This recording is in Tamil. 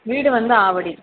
வீடு வந்து ஆவடி